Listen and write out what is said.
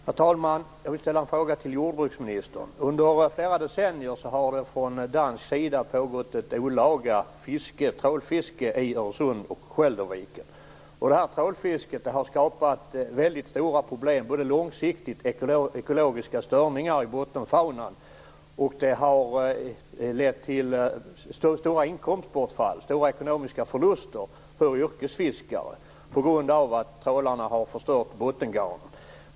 Herr talman! Jag vill ställa en fråga till jordbruksministern. Under flera decennier har det från dansk sida pågått olaga trålfiske i Öresund och Skälderviken. Detta trålfiske har skapat väldigt stora problem långsiktigt genom ekologiska störningar i bottenfaunan. Det har också lett till stora inkomstbortfall och ekonomiska förluster för yrkesfiskare på grund av att trålarna har förstört bottengarn.